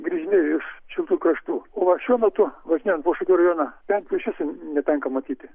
grįžinėjo iš šiltų kraštų o šiuo metu važinėjant po šakių rajoną pempių išvis netenka matyti